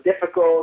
difficult